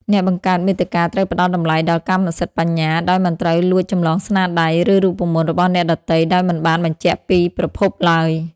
អ្នកបង្កើតមាតិកាត្រូវផ្តល់តម្លៃដល់កម្មសិទ្ធិបញ្ញា ដោយមិនត្រូវលួចចម្លងស្នាដៃ ឬរូបមន្តរបស់អ្នកដទៃដោយមិនបានបញ្ជាក់ប្រភពឡើយ។